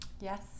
Yes